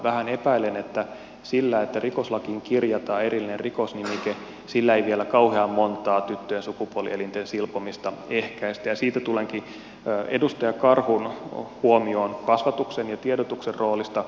vähän epäilen että sillä että rikoslakiin kirjataan erillinen rikosnimike ei vielä kauhean montaa tyttöjen sukupuolielinten silpomista ehkäistä ja siitä tulenkin edustaja karhun huomioon kasvatuksen ja tiedotuksen roolista